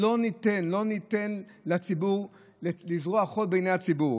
לא ניתן לזרות חול בעיני הציבור.